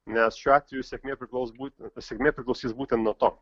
nes šiuo atveju sėkmė priklaus būten sekmė priklausys būtent nuo to